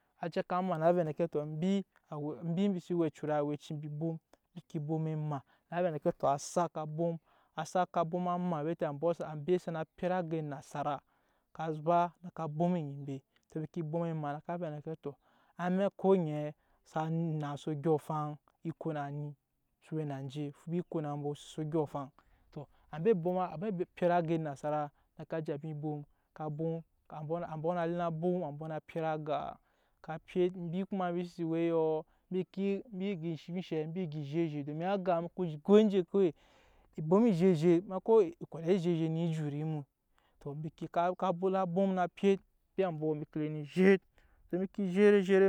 Acɛ ka ma, na vɛ endeke to embi, embi se we ecura amɛci embi bom, embi ke bom ema, a vɛ endeke to asakka bom, a sak ka bom ama bete mbɔ-ambi sana pyet aga enasara aba, ka bom e mana ka vɛ endeke to amaɛk ko ŋɛɛ sa nyi naase odyoŋ-afaŋ ekana ni so we na anje fuba ekona ni bo sese ondyoŋ afaŋ to ambe ebom a ambe epyet aga enasaraa ka ja embiobom, ambɔ ambɔɔ na nuna pyet agaa ka pyet embi gan ezhet ezhet domin a gaa emu kugo enje kawai aboma ezhet ezhet na kawai abwoma ezhete ezhet ne ke jut emu to embi bomna bom na pyet chiya ambɔɔ na embi ke zhet to embi ke zhet ezhet re.